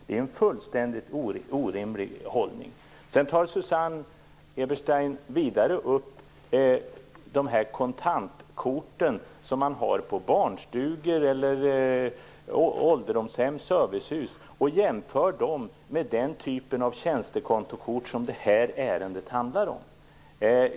Det är en fullständigt orimlig hållning. Vidare tar Susanne Eberstein upp de kontantkort som man har på barnstugor, ålderdomshem och servicehus och jämför dem med den typ av tjänstekontokort som det här ärendet handlar om.